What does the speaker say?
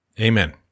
Amen